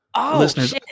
Listeners